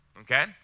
okay